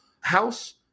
house